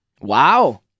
Wow